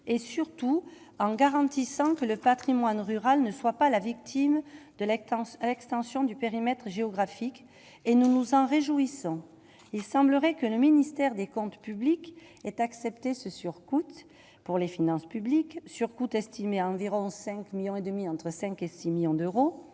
et surtout en garantissant que le Patrimoine rural ne soit pas la victime de acte tance extension du périmètre géographique et nous nous en réjouissons, il semblerait que le ministère des Comptes publics est accepté ce surcoût pour les finances publiques sur estimée à environ 5 millions et demi entre 5 et 6 millions d'euros,